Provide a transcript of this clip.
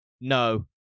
No